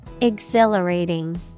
Exhilarating